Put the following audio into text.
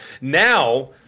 Now